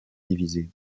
divisées